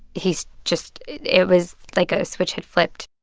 he just it was like a switch had flipped.